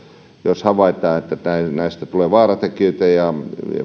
jos havaitaan että näistä tulee vaaratekijöitä että